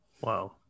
wow